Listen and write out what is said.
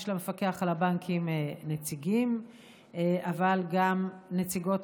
יש למפקח על הבנקים נציגים וגם נציגות,